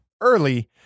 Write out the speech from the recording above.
early